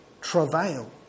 Travail